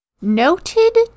noted